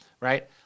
right